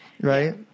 Right